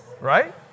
Right